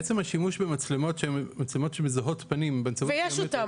עצם השימוש במצלמות שהן מצלמות שמזהות פנים --- ויש אותן.